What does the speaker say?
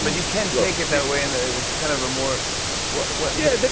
but you can take it that way and it's kind of a more what what yeah,